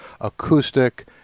acoustic